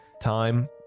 time